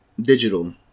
digital